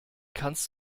kannst